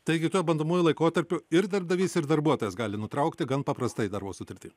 taigi tuo bandomuoju laikotarpiu ir darbdavys ir darbuotojas gali nutraukti gan paprastai darbo sutartį